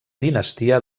dinastia